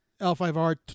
L5R